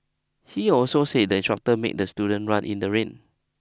he also said the instructor made the student run in the rain